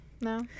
No